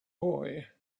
boy